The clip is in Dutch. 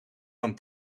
van